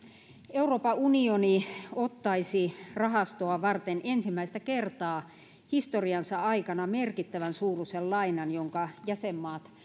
euroopan unioni ottaisi rahastoa varten ensimmäistä kertaa historiansa aikana merkittävän suuruisen lainan jonka jäsenmaat